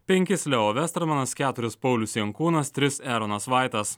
penkis leo vestramanas keturis paulius jankūnas tris eronas vaitas